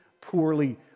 poorly